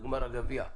בגמר הגביע.